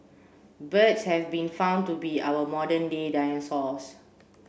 birds have been found to be our modern day dinosaurs